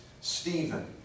Stephen